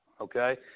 Okay